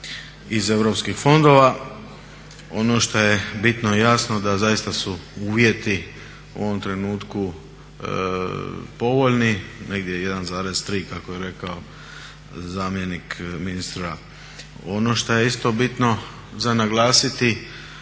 iz europskih fondova. Ono što je bitno i jasno da zaista su uvjeti u ovom trenutku povoljni, negdje 1,3 kako je rekao zamjenik ministra. Ono što je isto bitno za naglasiti,